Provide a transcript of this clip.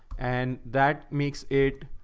and that makes it,